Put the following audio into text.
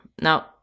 Now